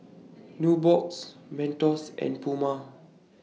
Nubox Mentos and Puma